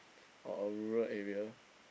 or a rural area